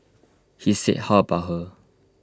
he said how about her